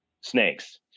snakes